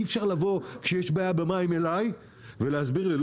אי אפשר לבוא כשיש בעיה במים אלי ולהסביר לי,